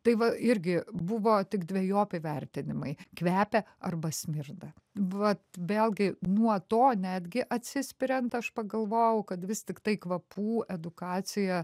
tai va irgi buvo tik dvejopi vertinimai kvepia arba smirda vat vėlgi nuo to netgi atsispiriant aš pagalvojau kad vis tiktai kvapų edukacija